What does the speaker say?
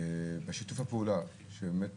בשיתוף הפעולה שבאמת